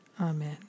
amen